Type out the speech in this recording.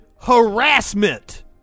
harassment